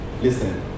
listen